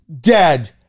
dead